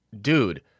dude